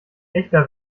echter